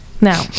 Now